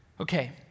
Okay